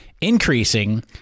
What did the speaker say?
increasing